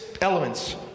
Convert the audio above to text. elements